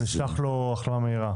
נשלח לו החלמה מהירה.